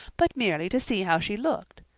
but merely to see how she looked.